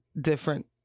different